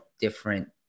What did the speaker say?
different